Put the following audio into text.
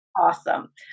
Awesome